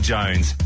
Jones